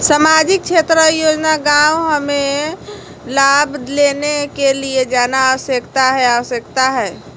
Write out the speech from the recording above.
सामाजिक क्षेत्र योजना गांव हमें लाभ लेने के लिए जाना आवश्यकता है आवश्यकता है?